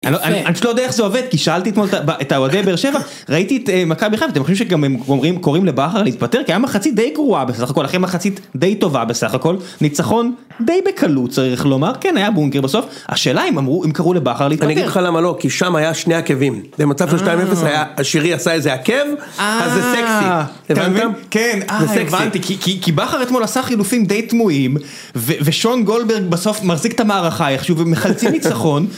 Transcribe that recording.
אני לא יודע איך זה עובד כי שאלתי אתמול את האוהדי בר שבע ראיתי את מכבי חיפה אתם חושבים שגם הם אומרים קוראים לבכר להתפטר כי היה מחצית די גרועה בסך הכל אחרי מחצית די טובה בסך הכל ניצחון. די בקלות צריך לומר כן היה בונקר בסוף השאלה אם אמרו אם קראו לבכר להתפטר. אני אגיד לך למה לא כי שם היה שני עקבים במצב של שתיים אפס היה שרי עשה איזה עקב אז זה סקסי. כי בכר אתמול עשה חילופים די תמוהים ושון גולדברג בסוף מחזיק את המערכה איך שהוא מחצי ניצחון.